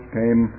came